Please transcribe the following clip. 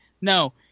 no